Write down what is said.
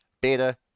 beta